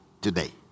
today